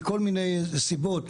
מכל מיני סיבות,